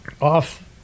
off